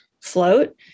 Float